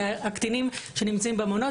הקטינים שבמעונות,